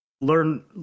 learn